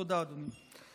תודה, אדוני.